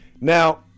Now